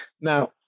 Now